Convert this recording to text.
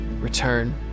return